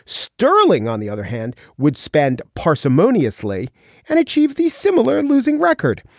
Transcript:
sterling on the other hand would spend parsimonious lee and achieve these similar losing record.